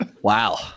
Wow